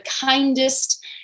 kindest